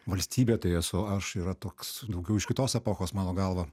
valstybė tai esu aš yra toks daugiau iš kitos epochos mano galva